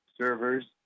servers